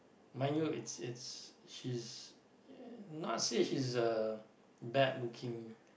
mind you it's it's she's n~ not say she's bad looking